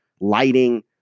lighting